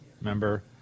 Remember